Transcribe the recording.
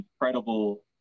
incredible